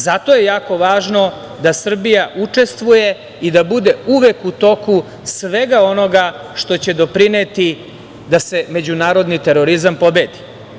Zato je jako važno da Srbija učestvuje i da bude uvek u toku svega onoga što će doprineti da se međunarodni terorizam pobedi.